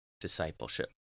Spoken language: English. discipleship